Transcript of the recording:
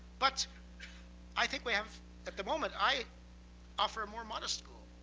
but i think we have at the moment, i offer a more modest goal.